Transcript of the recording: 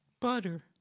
Butter